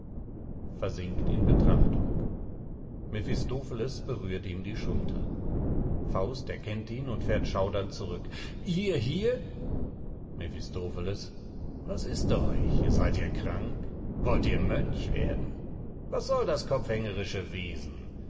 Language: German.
versinkt in betrachtung mephistopheles berührt ihm die schulter faust erkennt ihn und fährt schaudernd zurück ihr hier mephistopheles was ist euch seid ihr krank wollt ihr mönch werden was soll das kopfhängerische wesen